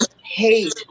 hate